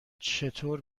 چطور